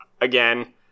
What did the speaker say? again